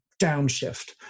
downshift